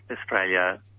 Australia